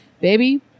baby